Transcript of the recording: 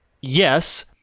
yes